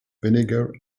vinegar